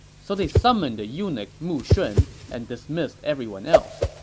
so they summoned the eunuch mu shun and dismissed everyone else.